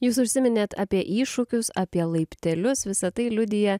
jūs užsiminėt apie iššūkius apie laiptelius visa tai liudija